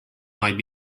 might